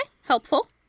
helpful